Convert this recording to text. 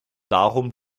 darum